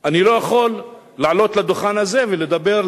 אני לא יכול לעלות לדוכן הזה ולדבר,